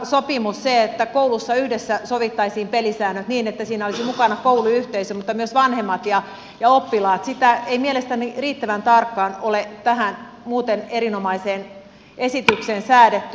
koulurauhasopimusta sitä että koulussa yhdessä sovittaisiin pelisäännöt niin että siinä olisivat mukana kouluyhteisö mutta myös vanhemmat ja oppilaat ei mielestäni riittävän tarkkaan ole tähän muuten erinomaiseen esitykseen säädetty